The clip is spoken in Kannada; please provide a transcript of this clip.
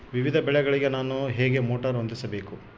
ವಿವಿಧ ಬೆಳೆಗಳಿಗೆ ನಾನು ಹೇಗೆ ಮೋಟಾರ್ ಹೊಂದಿಸಬೇಕು?